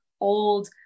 old